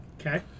Okay